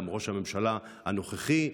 גם ראש הממשלה הנוכחי,